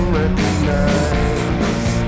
recognize